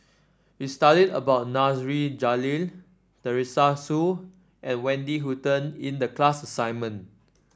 we studied about Nasir Jalil Teresa Hsu and Wendy Hutton in the class assignment